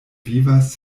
vivas